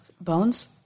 Bones